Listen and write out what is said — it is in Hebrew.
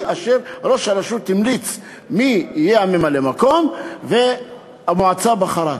ראש הרשות המליץ מי יהיה ממלא-המקום והמועצה בחרה.